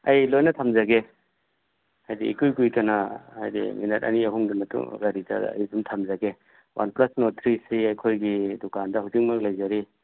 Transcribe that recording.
ꯑꯩ ꯂꯣꯏꯅ ꯊꯝꯖꯒꯦ ꯍꯥꯏꯗꯤ ꯏꯀꯨꯏ ꯀꯨꯏꯗꯅ ꯍꯥꯏꯗꯤ ꯃꯤꯅꯠ ꯑꯅꯤ ꯑꯍꯨꯝ ꯃꯇꯨꯡ ꯀꯔꯤꯗ ꯑꯩ ꯑꯗꯨꯝ ꯊꯝꯖꯒꯦ ꯋꯥꯟ ꯄ꯭ꯂꯁ ꯅꯣꯔꯗ ꯊ꯭ꯔꯤꯁꯤ ꯑꯩꯈꯣꯏꯒꯤ ꯗꯨꯀꯥꯟꯗ ꯍꯧꯖꯤꯛꯃꯛ ꯂꯩꯖꯔꯤ